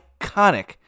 iconic